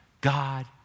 God